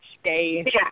stay